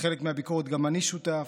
לחלק מהביקורת גם אני שותף,